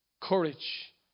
Courage